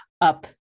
up